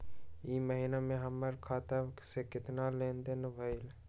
ई महीना में हमर खाता से केतना लेनदेन भेलइ?